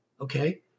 okay